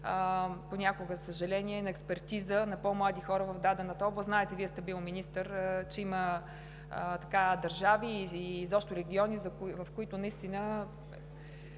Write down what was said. за съжаление, на експертиза на по-млади хора в дадената област. Знаете, Вие сте бил министър, че има държави и региони, в които наистина